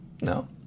No